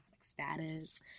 status